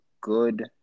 good